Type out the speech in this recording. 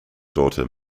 daughter